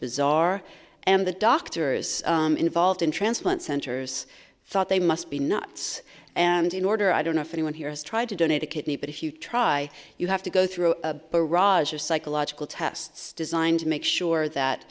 bizarre and the doctors involved in transplant centers thought they must be nuts and in order i don't know if anyone here has tried to donate a kidney but if you try you have to go through your psychological tests designed to make sure that